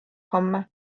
homme